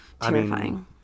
terrifying